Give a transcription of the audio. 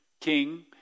King